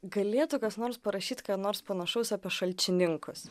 galėtų kas nors parašyt ką nors panašaus apie šalčininkus